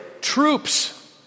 troops